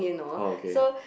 oh okay